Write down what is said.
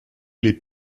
les